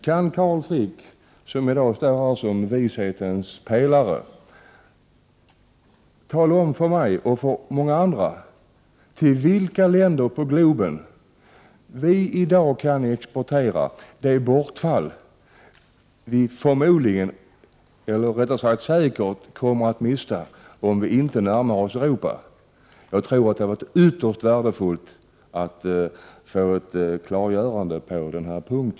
Kan Carl Frick, som i dag står här som vishetens pelare, tala om för mig och många andra till vilka länder på globen vi kan exportera det bortfall som vi förmodligen, eller rättare sagt säkert, kommer att få om vi inte närmar oss Europa? Det är ytterst värdefullt att få ett klargörande på denna punkt.